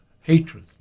hatred